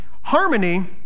Harmony